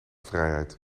vrijheid